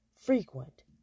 frequent